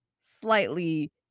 slightly